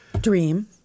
Dream